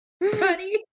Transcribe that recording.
Buddy